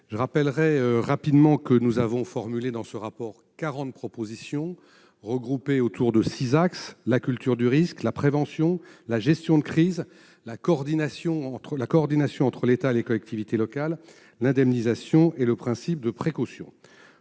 des questions. Nous avons formulé dans notre rapport quarante propositions regroupées autour de six axes : la culture du risque ; la prévention ; la gestion de crise ; la coordination entre l'État et les collectivités locales ; l'indemnisation ; le principe de précaution.